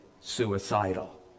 suicidal